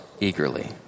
eagerly